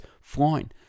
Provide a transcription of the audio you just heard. flying